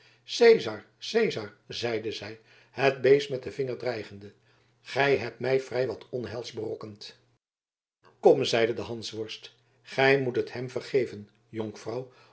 zeide zij het beest met den vinger dreigende gij hebt mij vrij wat onheils berokkend kom zeide de hansworst gij moet het hem vergeven jonkvrouw